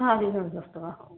चार दिवसांचं असतं का